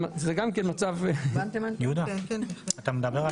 זה מדבר על